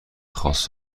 خاص